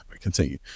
Continue